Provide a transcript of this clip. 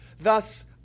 Thus